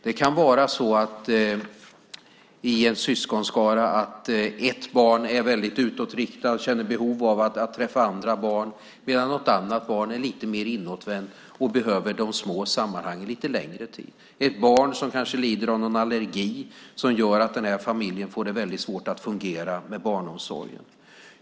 Det kan vara så i en syskonskara att ett barn är väldigt utåtriktat och känner behov av att träffa andra barn, medan ett annat barn är lite mer inåtvänt och behöver de små sammanhangen under lite längre tid. Ett barn kanske lider av någon allergi som gör att den här familjen får det väldigt svårt att få barnomsorgen att fungera.